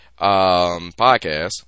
podcast